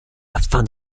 afin